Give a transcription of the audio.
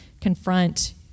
confront